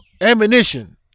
ammunition